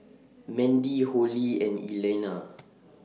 Mandie Hollie and Elena